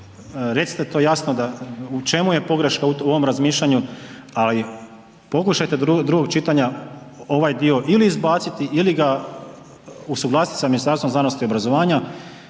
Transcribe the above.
recite to jasno u čemu je pogreška u ovom razmišljanju, ali pokušajte do drugog čitanja ovaj dio ili izbaciti ili ga usuglasiti sa Ministarstvom znanosti i obrazovanja